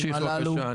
תמשיך, בבקשה.